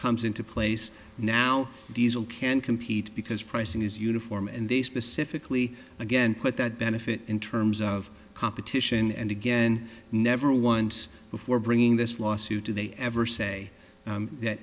comes into place now diesel can compete because pricing is uniform and they specifically again put that benefit in terms of competition and again never once before bringing this lawsuit do they ever say that